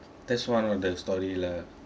that's one of the story lah